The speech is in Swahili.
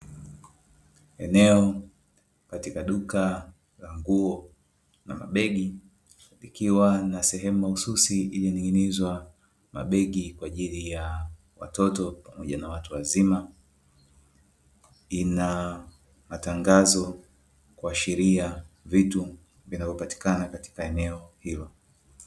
Eneo katika duka la nguo na mabegi likiwa na sehemu mahususi iliyoning`inizwa mabegi kwa ajili ya watoto pamoja na watu wazima, ina matangazo kuashiria vitu vinavyopatikana katika eneo hilo.